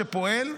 שפועל,